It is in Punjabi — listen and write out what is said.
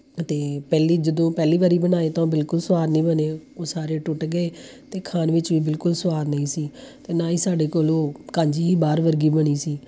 ਅਤੇ ਪਹਿਲੀ ਜਦੋਂ ਪਹਿਲੀ ਵਾਰੀ ਬਣਾਏ ਤਾਂ ਉਹ ਬਿਲਕੁਲ ਸਵਾਦ ਨਹੀਂ ਬਣੇ ਉਹ ਸਾਰੇ ਟੁੱਟ ਗਏ ਅਤੇ ਖਾਣ ਵਿਚ ਵੀ ਬਿਲਕੁਲ ਸਵਾਦ ਨਹੀਂ ਸੀ ਅਤੇ ਨਾ ਹੀ ਸਾਡੇ ਕੋਲੋਂ ਕਾਂਜੀ ਬਾਹਰ ਵਰਗੀ ਬਣੀ ਸੀ